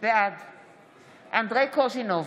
בעד אנדרי קוז'ינוב,